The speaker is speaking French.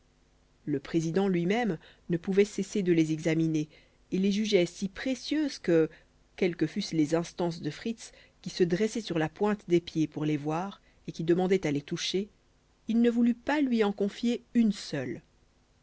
le président lui-même ne pouvait cesser de les examiner et les jugeait si précieuses que quelles que fussent les instances de fritz qui se dressait sur la pointe des pieds pour les voir et qui demandait à les toucher il ne voulut pas lui en confier une seule